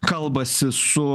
kalbasi su